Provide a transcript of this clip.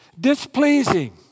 Displeasing